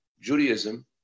Judaism